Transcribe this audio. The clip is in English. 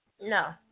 No